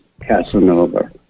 Casanova